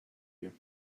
you